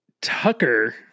tucker